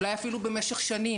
אולי אפילו "במשך שנים",